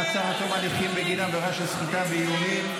מעצר עד תום ההליכים בגין עבירה של סחיטה באיומים),